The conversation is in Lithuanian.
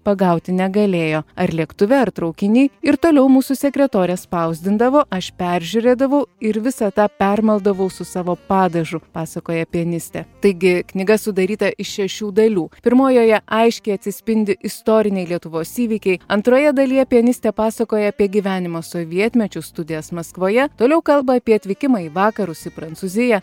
pagauti negalėjo ar lėktuve ar traukiny ir toliau mūsų sekretorė spausdindavo aš peržiūrėdavau ir visą tą permaldavau su savo padažu pasakoja pianistė taigi knyga sudaryta iš šešių dalių pirmojoje aiškiai atsispindi istoriniai lietuvos įvykiai antroje dalyje pianistė pasakoja apie gyvenimą sovietmečiu studijas maskvoje toliau kalba apie atvykimą į vakarus į prancūziją